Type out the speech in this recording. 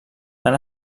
han